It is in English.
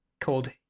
called